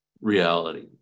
reality